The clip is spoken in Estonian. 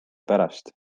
pärast